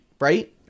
right